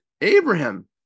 Abraham